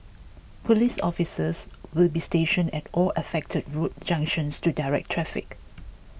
police officers will be stationed at all affected road junctions to direct traffic